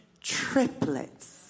triplets